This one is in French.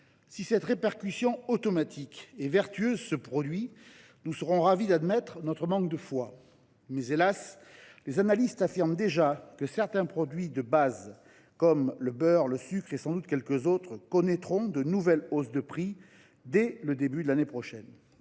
Si cette répercussion automatique et vertueuse se produit, nous serons ravis d’admettre notre manque de foi, mais, hélas ! les analystes affirment déjà que certains produits alimentaires de base, comme le beurre ou le sucre avant, sans doute, quelques autres , connaîtront de nouvelles hausses de prix dès le début de l’année prochaine.